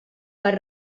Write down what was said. per